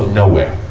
nowhere.